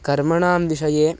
कर्मणां विषये